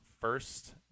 first